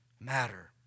matter